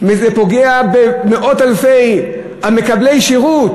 וזה פוגע במאות-אלפי מקבלי השירות.